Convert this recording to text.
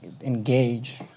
engage